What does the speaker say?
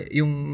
yung